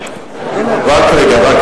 רק רגע.